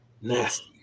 Nasty